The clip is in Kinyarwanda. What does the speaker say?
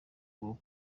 bwo